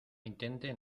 intente